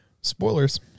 Spoilers